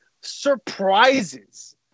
surprises